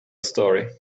story